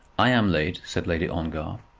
i am late, said lady ongar.